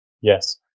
yes